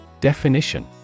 Definition